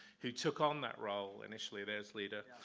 who took on that role initially. there's leda.